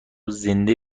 زنده